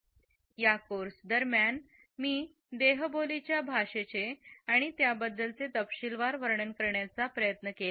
या कोर्स दरम्यान मी देहबोली च्या भाषेचे आणि त्याबद्दलचे तपशीलवार वर्णन करण्याचा प्रयत्न केला आहे